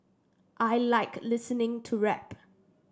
I like listening to rap